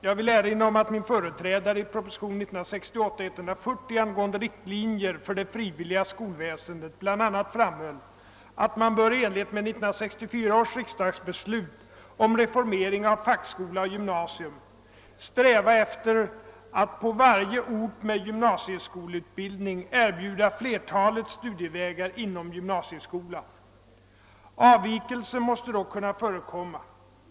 Jag vill erinra om att min företrädare i propositionen 140 år 1968 angående riktlinjer för det frivilliga skolväsendet bl.a. framhöll att man bör — i enlighet med 1964 års riksdagsbeslut om reformering av fackskola och gymnasium — sträva efter att på varje ort med gymnasieskolutbildning erbjuda flertalet studievägar inom gymnasieskolan. Avvikelser måste dock kunna förekomma.